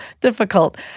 Difficult